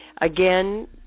Again